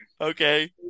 Okay